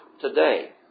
today